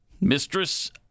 Mistress